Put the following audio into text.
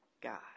God